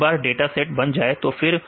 एक बार data set बन जाए तो फिर